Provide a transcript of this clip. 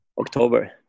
october